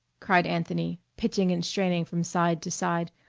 cried anthony, pitching and straining from side to side.